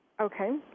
Okay